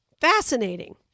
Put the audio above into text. Fascinating